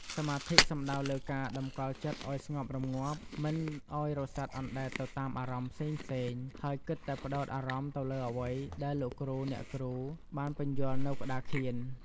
សមាធិសំដៅលើការតម្កល់ចិត្តឲ្យស្ងប់រម្ងាប់ មិនឲ្យរសាត់អណ្ដែតទៅតាមអារម្មណ៍ផ្សេងៗ ហើយគិតតែផ្ដោតអារម្មណ៍ទៅលើអ្វីដែលលោកគ្រូអ្នកគ្រូបានពន្យល់នៅក្ដារខៀន។